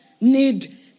need